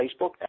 Facebook